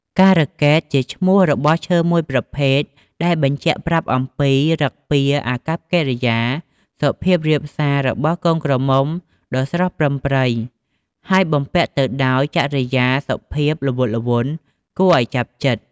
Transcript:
ការកេត ជាឈ្មោះរបស់ឈើមួយប្រភេទដែលបញ្ជាក់ប្រាប់អំពីឬកពារអាកប្បកិរិយាសុភាបរាបសាររបស់កូនក្រមុំដ៏ស្រស់ប្រិមប្រិយហើយបំពាក់ទៅដោយចរិយាសុភាពល្វតល្វន់ គួរឲ្យចាប់ចិត្ត។